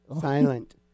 Silent